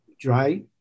dry